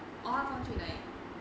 orh 他放去那里